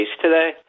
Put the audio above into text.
today